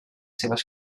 seves